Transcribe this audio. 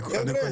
חבר'ה.